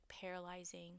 paralyzing